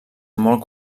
molt